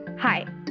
Hi